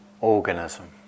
organism